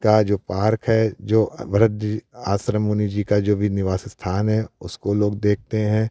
का जो पार्क है जो भरत जी आश्रम मुनि जी का जो भी निवास स्थान है उसको लोग देखते हैं